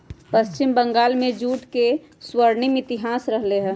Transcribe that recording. पश्चिम बंगाल में जूट के स्वर्णिम इतिहास रहले है